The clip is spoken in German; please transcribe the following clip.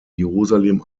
jerusalem